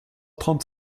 trente